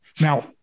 Now